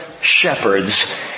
shepherds